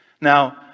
Now